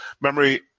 memory